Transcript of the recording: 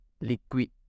liquid